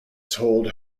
told